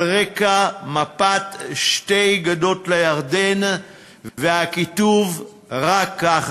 על רקע מפת שתי גדות לירדן והכיתוב "רק כך",